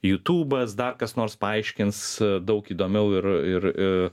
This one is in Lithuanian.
jutubas dar kas nors paaiškins daug įdomiau ir ir i